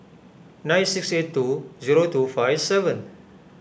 nine six eight two zero two five seven